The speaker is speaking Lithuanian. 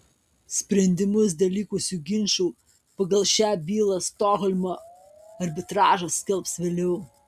sprendimus dėl likusių ginčų pagal šią bylą stokholmo arbitražas skelbs vėliau